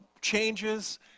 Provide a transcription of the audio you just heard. changes